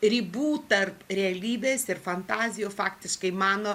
ribų tarp realybės ir fantazijo faktiškai mano